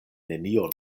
nenion